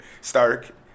Stark